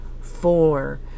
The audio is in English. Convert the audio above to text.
Four